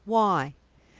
why?